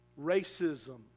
Racism